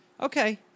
Okay